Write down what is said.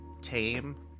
tame